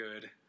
good